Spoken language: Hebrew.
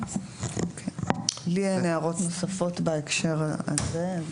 לי אין הערות נוספות בהקשר הזה.